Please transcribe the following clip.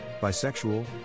bisexual